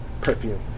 perfume